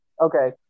Okay